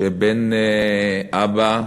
שבין אבא,